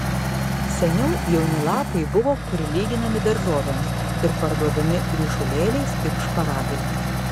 seniau jauni lapai buvo prilyginami daržovėms ir parduodami ryšulėliais kaip šparagai